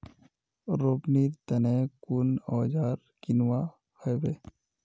रोपनीर तने कुन औजार किनवा हबे